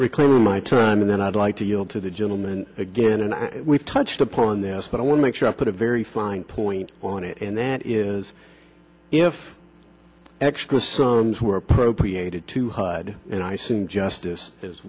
clear in my time and then i'd like to yield to the gentleman again and we've touched upon this but i want to make sure i put a very fine point on it and that is if extra songs were appropriated to hud and i sing justice as